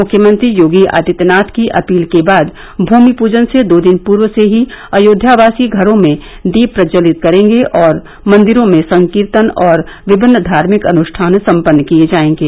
मुख्यमंत्री योगी आदित्यनाथ की अपील के बाद भूमि पूजन से दो दिन पूर्व से ही अयोध्यावासी घरों में दीप प्रज्ज्वलित करेंगे और मंदिरों में संकीर्तन और विभिन्न धार्मिक अनुष्ठान संपन्न किये जायेगे